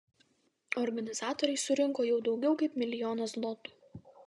organizatoriai surinko jau daugiau kaip milijoną zlotų